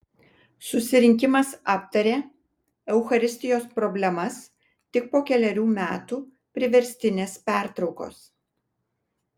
susirinkimas aptarė eucharistijos problemas tik po kelerių metų priverstinės pertraukos